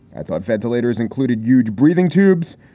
i thought ventilators included euge breathing tubes,